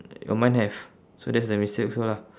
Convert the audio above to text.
oh mine have so that's the mistake also lah